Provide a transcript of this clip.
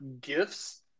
gifts